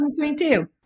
2022